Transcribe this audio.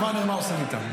כבר נראה מה עושים איתן.